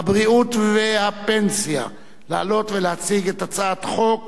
קובע שהצעת חוק